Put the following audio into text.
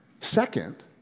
Second